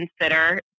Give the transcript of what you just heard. consider